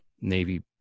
Navy